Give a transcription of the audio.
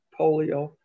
polio